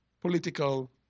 political